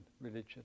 religion